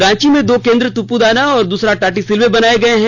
रांची में दो केंद्र तुप्दाना और दूसरा टाटीसिल्ये बनाए गए हैं